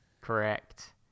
Correct